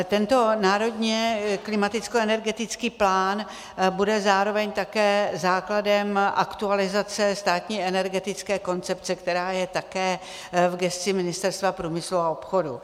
Tento národní klimatickoenergetický plán bude zároveň základem aktualizace státní energetické koncepce, která je také v gesci Ministerstva průmyslu a obchodu.